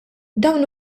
dawn